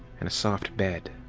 and a soft bed.